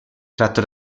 tratto